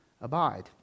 abide